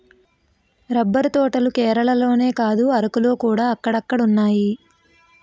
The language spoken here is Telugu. రబ్బర్ తోటలు కేరళలోనే కాదు అరకులోకూడా అక్కడక్కడున్నాయి